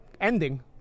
ending